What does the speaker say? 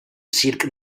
circ